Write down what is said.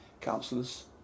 councillors